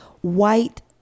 white